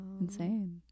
insane